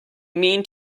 mean